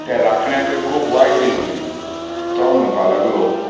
त्या राखण्याकूय खूब वायट दिसलें तो म्हणपाक लागलो